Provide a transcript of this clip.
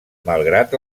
malgrat